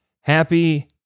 happy